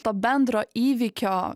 to bendro įvykio